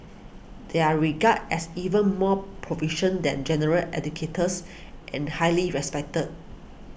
they are regarded as even more proficient than general educators and highly respected